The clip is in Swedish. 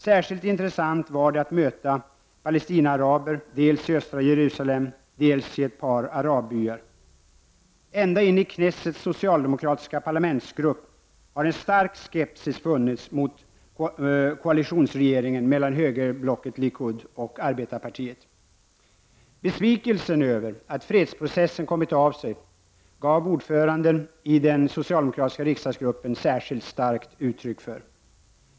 Särskilt intressant var det att möta Palestinaaraber dels i östra Jerusalem, delsi ett par arabbyar. Även i knessets socialdemokratiska parlamentsgrupp har det funnits en stark skepsis mot koalitionsregeringen — högerblocket likud och arbetarpartiet. Besvikelsen över att fredsprocessen hade kommit av sig gav ordföranden i den socialdemokratiska riksdagsgruppen särskilt starkt uttryck för.